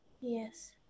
Yes